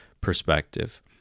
perspective